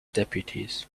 deputies